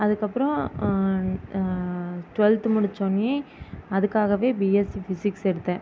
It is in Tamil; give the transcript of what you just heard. அதுக்கப்றம் டுவெல்த்து முடிச்சோடன்னையே அதுக்காகவே பிஎஸ்சி ஃபிசிக்ஸ் எடுத்தேன்